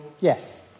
yes